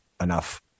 enough